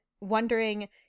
wondering